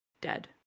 dead